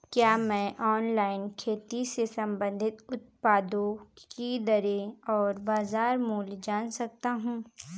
क्या मैं ऑनलाइन खेती से संबंधित उत्पादों की दरें और बाज़ार मूल्य जान सकता हूँ?